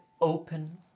open